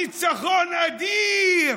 ניצחון אדיר.